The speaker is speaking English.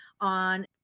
on